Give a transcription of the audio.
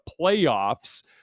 playoffs